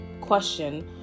question